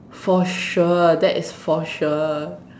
for sure that is for sure